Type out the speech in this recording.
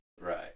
Right